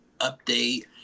update